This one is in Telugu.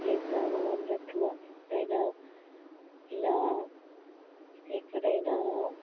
చేద్దాము అన్నట్టు ఎప్పుడైనా ఇలా ఎక్కడైనా